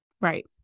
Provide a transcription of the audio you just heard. Right